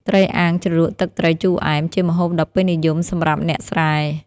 ត្រីអាំងជ្រលក់ទឹកត្រីជូរអែម ជាម្ហូបដ៏ពេញនិយមសម្រាប់អ្នកស្រែ។